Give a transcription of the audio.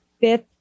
fifth